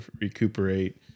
recuperate